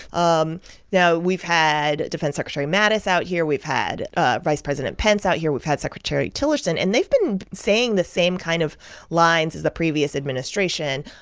um now, we've had defense secretary mattis out here. we've had vice president pence out here. we've had secretary tillerson. and they've been saying the same kind of lines as the previous administration,